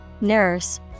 nurse